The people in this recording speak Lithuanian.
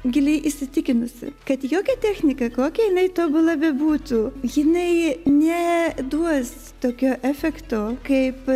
giliai įsitikinusi kad jokia technika kokia jinai tobula bebūtų jinai ne duos tokio efekto kaip